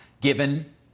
given